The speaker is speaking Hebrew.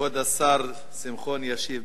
כבוד השר שמחון ישיב.